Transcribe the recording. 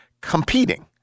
competing